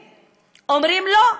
אומרים: לא,